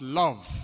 love